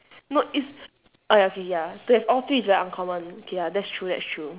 no it's ah ya ya three all three is very uncommon K ya that's true that's true